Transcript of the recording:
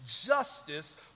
justice